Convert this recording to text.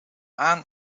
aan